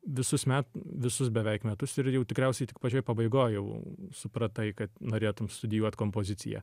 visus met visus beveik metus ir jau tikriausiai tik pačioj pabaigoj jau supratai kad norėtum studijuot kompoziciją